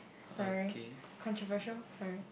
sorry controversial sorry